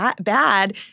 bad